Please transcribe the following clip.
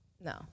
no